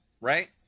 right